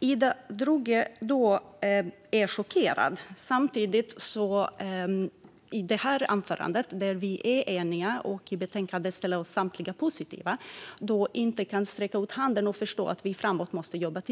Ida Drougge är chockerad. Samtidigt kan hon inte sträcka ut handen och förstå att vi framåt måste jobba tillsammans - vi är eniga, och i betänkandet ställer vi oss samtliga positiva till detta.